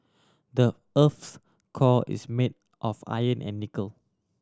the earth's core is made of iron and nickel